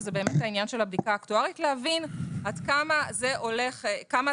שזה העניין של הבדיקה האקטוארית להבין כמה זה ישפיע,